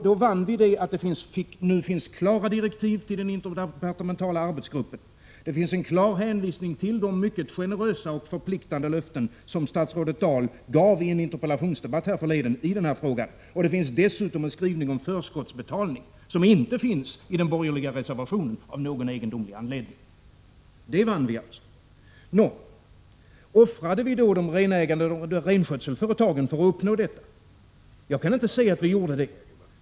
Då fann vi att det nu finns klara direktiv till den interdepartementala arbetsgruppen. Det finns en klar hänvisning till de mycket generösa och förpliktande löften som statsrådet Dahl gav i en interpellationsdebatt härförleden i denna fråga. Det finns dessutom en skrivning om förskottsbetalning, som av någon egendomlig anledning inte finns i den borgerliga reservationen. Detta fann vi alltså. Offrade vi då renskötselföretagen för att uppnå detta? Jag kan inte se att vi gjorde det.